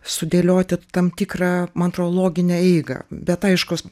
sudėlioti tam tikrą man atrodo loginę eigą bet aiškus